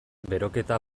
beroketa